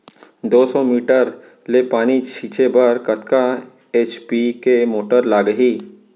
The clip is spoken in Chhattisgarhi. दो सौ मीटर ले पानी छिंचे बर कतका एच.पी के मोटर लागही?